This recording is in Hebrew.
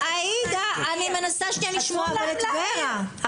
אבל, עאידה, אני מנסה כן לשמוע את ור"ה.